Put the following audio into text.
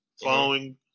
following